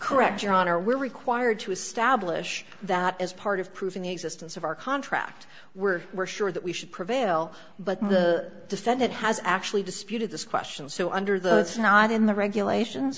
correct your honor we're required to establish that as part of proving the existence of our contract we're we're sure that we should prevail but the defendant has actually disputed this question so under the it's not in the regulations